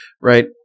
Right